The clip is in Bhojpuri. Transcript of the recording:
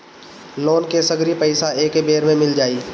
लोन के सगरी पइसा एके बेर में मिल जाई?